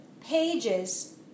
pages